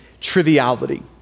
triviality